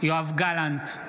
יואב גלנט,